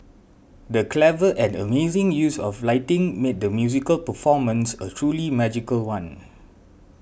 the clever and amazing use of lighting made the musical performance a truly magical one